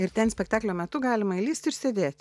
ir ten spektaklio metu galima įlįsti ir sėdėti